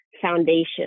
foundation